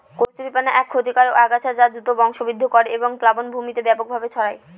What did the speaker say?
কচুরিপানা একটি ক্ষতিকারক আগাছা যা দ্রুত বংশবৃদ্ধি করে এবং প্লাবনভূমিতে ব্যাপকভাবে ছড়ায়